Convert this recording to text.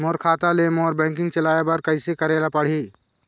मोर खाता ले मोर बैंकिंग चलाए बर कइसे करेला पढ़ही?